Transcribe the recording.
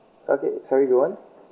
okay sorry go on